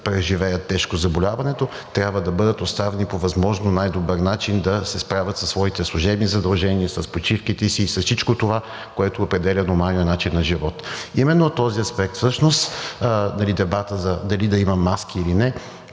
преживеят тежко заболяването, трябва да бъдат оставени по възможно най-добър начин да се справят със своите служебни задължения, с почивките си, с всичко това, което определя нормалния начин на живот. Именно дебата дали да има маски или не